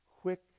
quick